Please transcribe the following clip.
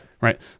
right